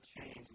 change